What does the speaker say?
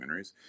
documentaries